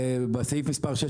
בסעיף מספר 6,